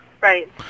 Right